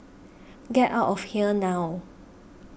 get out of here now